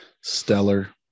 stellar